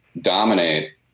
dominate